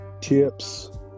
tips